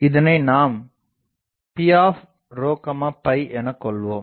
இதனை நாம் Pஎன கொள்வோம்